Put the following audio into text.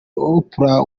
oprah